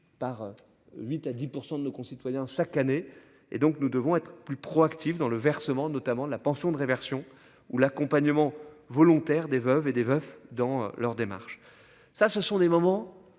par 8 à 10% de nos concitoyens chaque année et donc nous devons être plus proactif dans le versement notamment de la pension de réversion, ou l'accompagnement volontaire des veuves et des veufs dans leurs démarches. Ça ce sont des moments